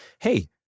hey